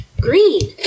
Green